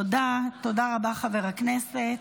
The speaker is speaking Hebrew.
תודה רבה, חבר הכנסת.